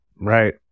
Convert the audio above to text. Right